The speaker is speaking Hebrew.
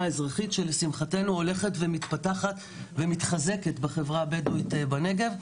האזרחית שלשמחתנו הולכת ומתחזקת בחברה הבדואית בנגב.